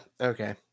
okay